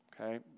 Okay